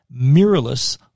mirrorless